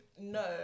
no